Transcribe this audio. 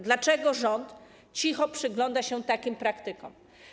Dlaczego rząd cicho przygląda się takim praktykom?